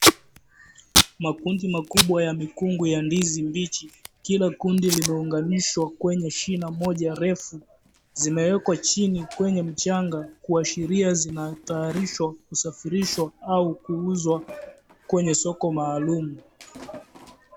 Makundi makubwa ya ndizi mbichi kila kundi limeunganishwa kwa shina moja refu zimekwa chini kwa mchanga kuashiria kuwa zinataarishwa kusafirishwa au kuuzwa kwenye soko maalum.